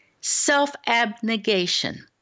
self-abnegation